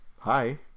Hi